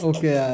Okay